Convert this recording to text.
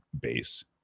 base